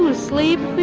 and sleep.